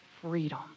freedom